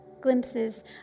glimpses